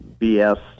BS